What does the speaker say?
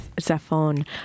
Zafon